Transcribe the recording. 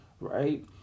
Right